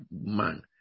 man